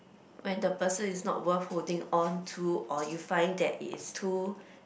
when the person is not worth holding on to or you find that it is too